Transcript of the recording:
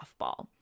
softball